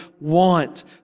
want